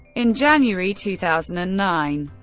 in january two thousand and nine,